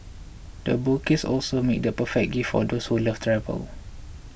the bouquets also make the perfect gifts for those who love travel